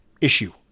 issue